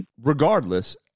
regardless